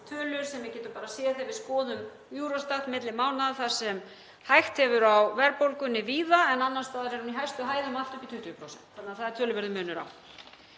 tölur sem við getum bara séð þegar við skoðum Eurostat milli mánaða þar sem hægt hefur á verðbólgunni víða en annars staðar er hún í hæstu hæðum og allt upp í 20%, þannig að það er töluverður munur á.